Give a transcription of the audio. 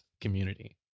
Community